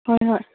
ꯍꯣꯏ ꯍꯣꯏ